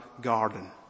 garden